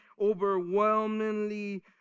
overwhelmingly